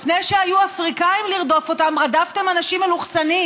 לפני שהיו אפריקנים לרדוף אותם רדפתם אנשים מלוכסנים,